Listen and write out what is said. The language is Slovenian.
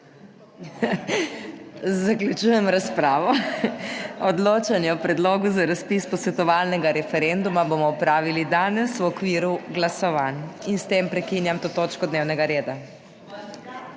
Zaključujem razpravo. Odločanje o predlogu za razpis posvetovalnega referenduma bomo opravili danes v okviru glasovanj. S tem prekinjam to točko dnevnega reda.